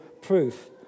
proof